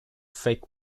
fake